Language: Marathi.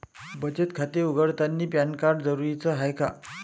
बचत खाते उघडतानी पॅन कार्ड जरुरीच हाय का?